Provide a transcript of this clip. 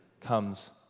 comes